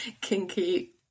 kinky